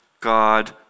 God